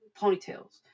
ponytails